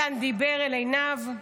מתן דיבר אל עינב,